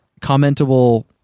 commentable